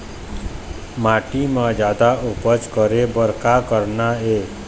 माटी म जादा उपज करे बर का करना ये?